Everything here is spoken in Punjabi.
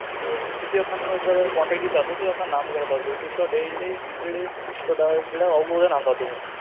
ਤੋ ਤੁਸੀਂ ਆਪਣਾ ਮੈਨੂੰ ਇੱਕ ਵਾਰ ਕਾਂਟੈਕਟ ਹੀ ਦੱਸ ਦਿਓ ਅਤੇ ਆਪਣਾ ਨਾਮ ਵਗੈਰਾ ਦੱਸ ਦਿਓ ਅਤੇ ਤੁਹਾਡੇ ਜਿਹੜੇ ਦੂਸਰੇ ਜਿਹੜੇ ਤੁਹਾਡਾ ਜਿਹੜਾ ਆਊਗਾ ਉਹਦਾ ਨਾਮ ਦੱਸ ਦਿਓ ਮੈਨੂੰ